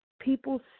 people